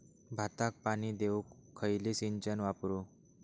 भाताक पाणी देऊक खयली सिंचन वापरू?